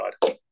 God